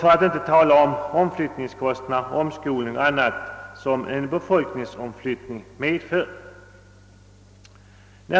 för att inte tala om kostnaderna för omflyttning, omskolning och annat som hör till.